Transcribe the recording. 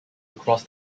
across